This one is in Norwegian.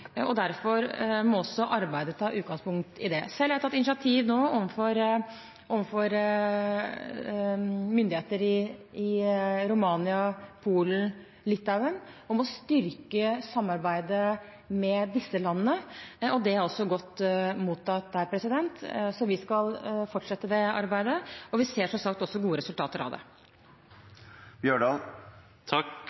og derfor må også arbeidet ta utgangspunkt i det. Selv har jeg tatt initiativ nå overfor myndigheter i Romania, Polen og Litauen for å styrke samarbeidet med disse landene, og det er også godt mottatt der, så vi skal fortsette det arbeidet, og vi ser, som sagt, også gode resultater av det.